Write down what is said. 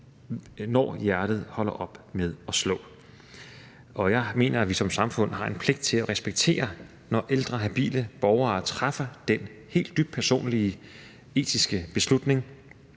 når hjertet holder op med at slå. Jeg mener, at vi som samfund har en pligt til at respektere, når ældre habile borgere træffer den dybt personlige etiske beslutning,